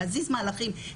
להזיז מהלכים,